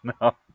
No